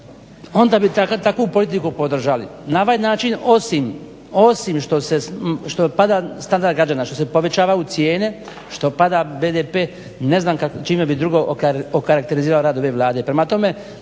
onda bi takvu politiku podržali. Na ovaj način osim što pada standard građana, što se povećavaju cijene, što pada BDP ne znam čime bi drugo okarakterizirao rad ove Vlade.